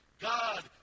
God